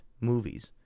movies